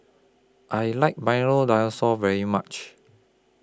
I like Milo Dinosaur very much